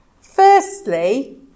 Firstly